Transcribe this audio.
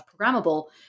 programmable